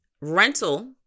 rental